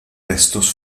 restos